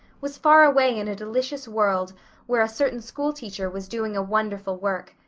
was far away in a delicious world where a certain schoolteacher was doing a wonderful work,